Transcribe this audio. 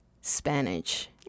Spanish